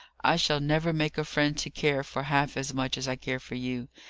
i shall never make a friend to care for half as much as i care for you,